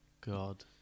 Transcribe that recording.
God